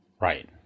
Right